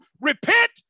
repent